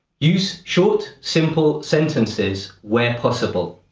use short simple sentences where possible.